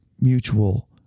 mutual